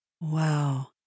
Wow